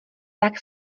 tak